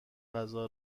غذا